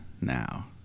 now